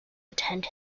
attend